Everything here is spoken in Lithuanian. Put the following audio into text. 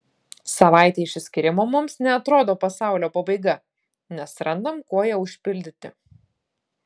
savaitė išsiskyrimo mums neatrodo pasaulio pabaiga nes randam kuo ją užpildyti